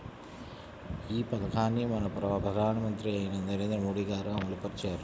ఈ పథకాన్ని మన ప్రధానమంత్రి అయిన నరేంద్ర మోదీ గారు అమలు పరిచారు